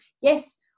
yes